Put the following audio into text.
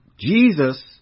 Jesus